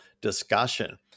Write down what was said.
discussion